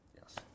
Yes